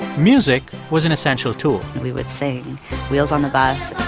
music was an essential tool we would sing wheels on the bus.